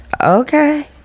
okay